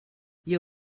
you